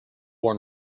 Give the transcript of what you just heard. worn